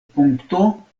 punkto